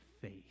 faith